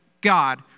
God